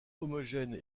homogène